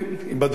אם בדור,